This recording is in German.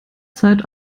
zeit